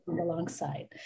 alongside